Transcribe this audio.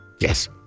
Yes